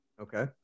Okay